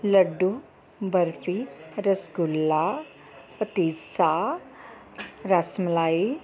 ਲੱਡੂ barfi rasgulla patisa ras malai